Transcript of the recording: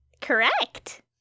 Correct